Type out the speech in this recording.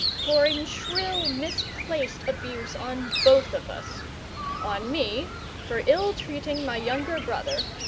pouring shrill, misplaced abuse on both of us on me for ill-treating my younger brother,